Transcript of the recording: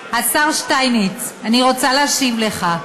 השר שטייניץ, אני רוצה להשיב לך.